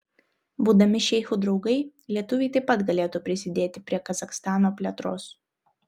būdami šeichų draugai lietuviai taip pat galėtų prisidėti prie kazachstano plėtros